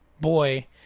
boy